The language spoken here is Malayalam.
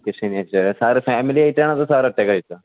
ഈ ശനിയാഴ്ച അല്ലേ സാറ് ഫാമിലി ആയിട്ട് ആയിരിക്കുമോ സാർ ഒറ്റയ്ക്ക് ആയിരിക്കുമോ